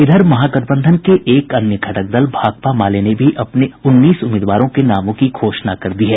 इधर महागठबंधन के एक अन्य घटक दल भाकपा माले ने भी अपने उन्नीस उम्मीदवारों के नामों की घोषणा कर दी है